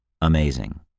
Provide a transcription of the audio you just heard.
Amazing